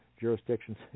jurisdictions